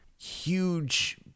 huge